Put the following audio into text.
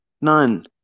None